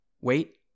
Wait